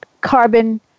carbon